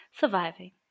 surviving